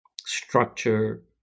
structure